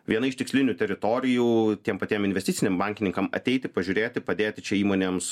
viena iš tikslinių teritorijų tiem patiem investiciniam bankininkam ateiti pažiūrėti padėti čia įmonėms